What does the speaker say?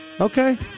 Okay